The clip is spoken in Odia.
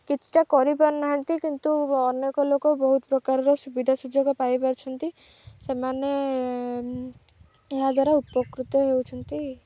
କିଛିଟା କରିପାରୁନାହାନ୍ତି କିନ୍ତୁ ଅନେକ ଲୋକ ବହୁତ ପ୍ରକାରର ସୁବିଧା ସୁଯୋଗ ପାଇପାରୁଛନ୍ତି ସେମାନେ ଏହାଦ୍ୱାରା ଉପକୃତ ହେଉଛନ୍ତି